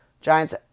Giants